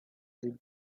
des